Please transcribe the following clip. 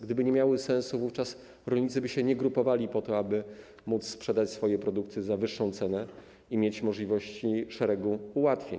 Gdyby nie miały sensu, wówczas rolnicy by się nie grupowali po to, aby móc sprzedać swoje produkty za wyższą cenę i mieć możliwość dostępu do szeregu ułatwień.